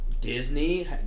Disney